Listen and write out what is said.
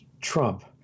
Trump